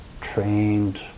trained